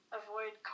avoid